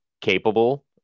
capable